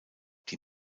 die